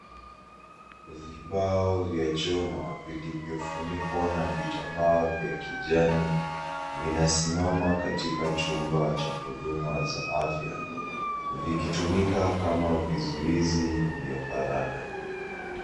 Vibao vya chuma vilivyofunikwa na vitambaa vya kijani vinasimama katika chumba cha huduma za afya, vikitumika kama vizuizi vya faragha.